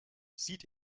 sieht